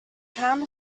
pound